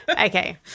Okay